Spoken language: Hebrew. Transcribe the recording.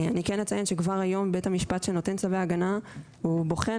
אני כן אציין שכבר היום בית המשפט שנותן צווי הגנה הוא בוחן